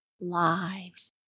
lives